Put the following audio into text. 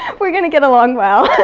we're gonna get along well.